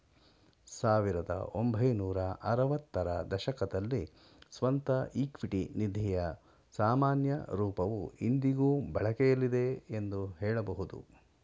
ಸಾವಿರದ ಒಂಬೈನೂರ ಆರವತ್ತ ರ ದಶಕದಲ್ಲಿ ಸ್ವಂತ ಇಕ್ವಿಟಿ ನಿಧಿಯ ಸಾಮಾನ್ಯ ರೂಪವು ಇಂದಿಗೂ ಬಳಕೆಯಲ್ಲಿದೆ ಎಂದು ಹೇಳಬಹುದು